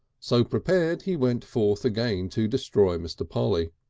so prepared, he went forth again to destroy mr. polly.